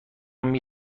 نمی